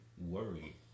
worry